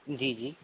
जी जी